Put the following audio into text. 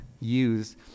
use